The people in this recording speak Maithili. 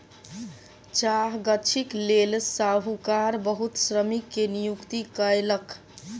चाह गाछीक लेल साहूकार बहुत श्रमिक के नियुक्ति कयलक